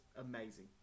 amazing